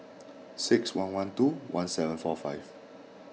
six one one two one seven four five